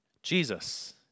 Jesus